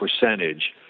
percentage